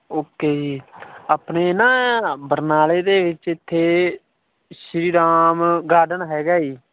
okay ਜੀ ਆਪਣੇ ਨਾ ਬਰਨਾਲੇ ਦੇ ਵਿੱਚ ਇੱਥੇ ਸ਼੍ਰੀ ਰਾਮ ਗਾਰਡਨ ਹੈਗਾ ਜੀ